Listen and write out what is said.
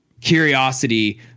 curiosity